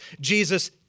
Jesus